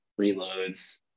reloads